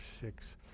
six